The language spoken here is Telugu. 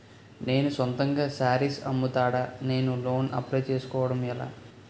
నేను సొంతంగా శారీస్ అమ్ముతాడ, నేను లోన్ అప్లయ్ చేసుకోవడం ఎలా?